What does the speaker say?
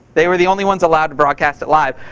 they were the only ones allowed to broadcast it live.